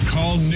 Call